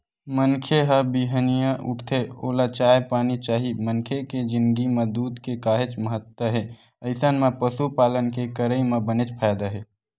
मनखे ह बिहनिया उठथे ओला चाय पानी चाही मनखे के जिनगी म दूद के काहेच महत्ता हे अइसन म पसुपालन के करई म बनेच फायदा हे